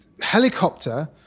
helicopter